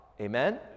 Amen